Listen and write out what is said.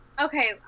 okay